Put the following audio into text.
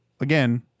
again